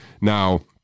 Now